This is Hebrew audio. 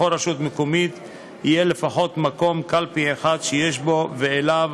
בכל רשות מקומית יהיה לפחות מקום קלפי אחד שיש בו ואליו